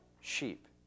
sheep